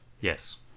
Yes